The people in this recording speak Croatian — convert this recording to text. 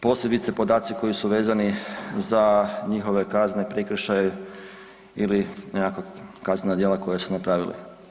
Posebice podaci koji su vezani za njihove kazne, prekršaje ili nekakva kaznena djela koja su napravili.